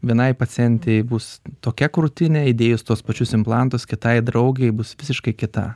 vienai pacientei bus tokia krūtinė įdėjus tuos pačius implantus kitai draugei bus visiškai kita